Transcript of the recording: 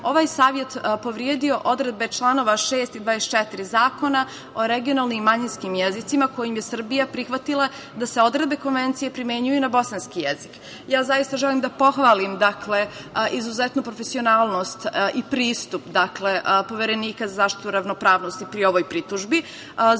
ovaj savet povredio je odredbe članova 6 i 24. Zakona o regionalnim manjinskim jezicima kojim je Srbija prihvatila da se odredbe konvencije primenjuju i na bosanski jezik. Ja zaista želim da pohvalim izuzetnu profesionalnost i pristup Poverenika za zaštitu ravnopravnosti pri ovoj pritužbi, a